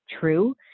true